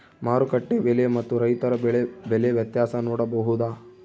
ಮಾರುಕಟ್ಟೆ ಬೆಲೆ ಮತ್ತು ರೈತರ ಬೆಳೆ ಬೆಲೆ ವ್ಯತ್ಯಾಸ ನೋಡಬಹುದಾ?